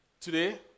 today